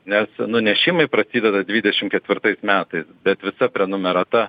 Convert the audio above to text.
nes nunešimai prasideda dvidešim ketvirtais metais bet visa prenumerata